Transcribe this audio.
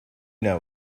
know